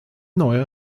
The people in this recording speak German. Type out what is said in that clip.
neue